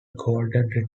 golden